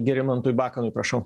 gerimantui bakanui prašau